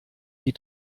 die